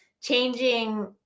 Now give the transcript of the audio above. changing